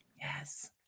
Yes